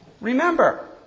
remember